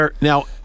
Now